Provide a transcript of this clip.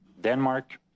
denmark